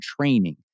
training